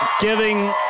giving